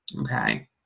Okay